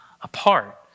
apart